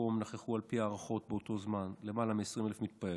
כשבמקום נכחו על פי הערכות באותו זמן למעלה מ-20,000 מתפללים.